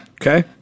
Okay